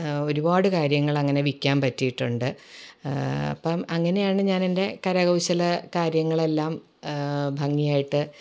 ഒരുപാട് കാര്യങ്ങളങ്ങനെ വിൽക്കാൻ പറ്റിയിട്ടുണ്ട് അപ്പം അങ്ങനെയാണ് ഞാനെൻ്റെ കരകൗശല കാര്യങ്ങളെല്ലാം ഭംഗിയായിട്ട്